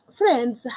friends